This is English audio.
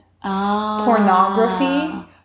Pornography